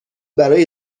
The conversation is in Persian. برای